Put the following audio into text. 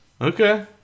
Okay